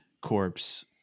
corpse